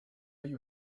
you